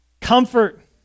Comfort